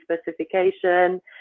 specification